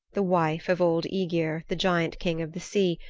the wife of old aegir, the giant king of the sea,